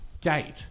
gate